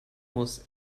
muss